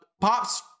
Pops